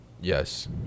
Yes